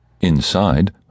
Inside